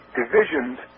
divisions